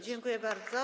Dziękuję bardzo.